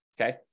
okay